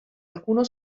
alcuno